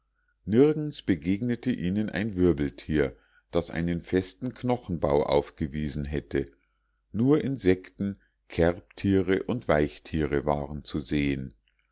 nirgends begegnete ihnen ein wirbeltier das einen festen knochenbau aufgewiesen hätte nur insekten kerbtiere und weichtiere waren zu schauen